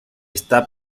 está